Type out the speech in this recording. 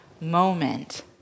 moment